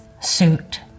suit